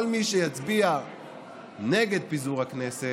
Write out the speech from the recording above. כל מי שיצביע נגד פיזור הכנסת,